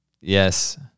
Yes